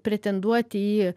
pretenduoti į